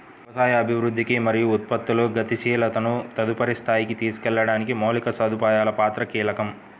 వ్యవసాయ అభివృద్ధికి మరియు ఉత్పత్తి గతిశీలతను తదుపరి స్థాయికి తీసుకెళ్లడానికి మౌలిక సదుపాయాల పాత్ర కీలకం